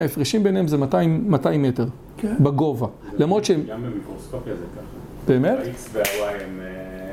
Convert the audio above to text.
ההפרשים ביניהם זה 200 200 מטר בגובה, למרות שהם... גם במיקרוסקופיה זה ככה. באמת? הx והy הם